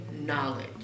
knowledge